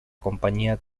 compañía